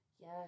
Yes